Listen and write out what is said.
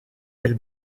del